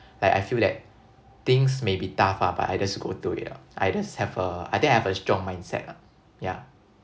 like I feel that things may be tough ah but I just go through it lor I just have a I think I have a strong mindset lah yeah